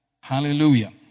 Hallelujah